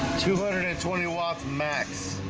two hundred and twenty watts max